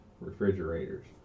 refrigerators